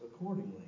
accordingly